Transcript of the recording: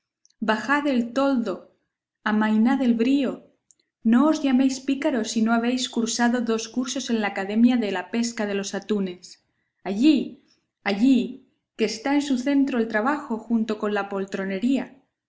bajad el toldo amainad el brío no os llaméis pícaros si no habéis cursado dos cursos en la academia de la pesca de los atunes allí allí que está en su centro el trabajo junto con la